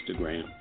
Instagram